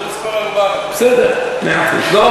צריך לזכור 400. לא,